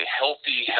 healthy